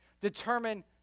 determine